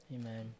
Amen